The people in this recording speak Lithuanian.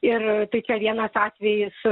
ir tai čia vienas atvejis